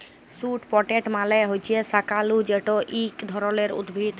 sweet potato মালে হছে শাঁকালু যেট ইক ধরলের উদ্ভিদ